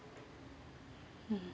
mm